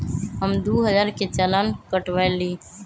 हम दु हजार के चालान कटवयली